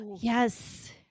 Yes